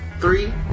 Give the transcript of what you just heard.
Three